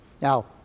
Now